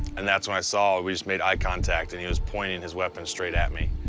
and that's when i saw we just made eye contact and he was pointing his weapon straight at me.